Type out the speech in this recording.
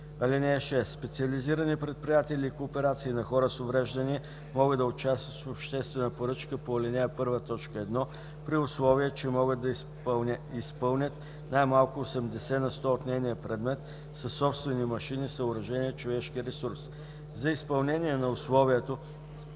(6) Специализирани предприятия или кооперации на хора с увреждания могат да участват в обществена поръчка по ал. 1, т. 1, при условие че могат да изпълнят най-малко 80 на сто от нейния предмет със собствени машини, съоръжения и човешки ресурс. За изпълнение на условието